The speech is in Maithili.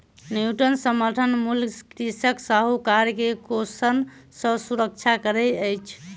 न्यूनतम समर्थन मूल्य कृषक साहूकार के शोषण सॅ सुरक्षा करैत अछि